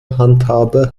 handhabe